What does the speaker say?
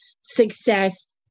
success